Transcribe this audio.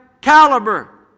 caliber